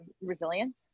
resilience